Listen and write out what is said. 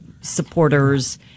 supporters